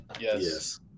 Yes